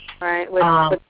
Right